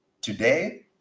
today